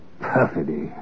perfidy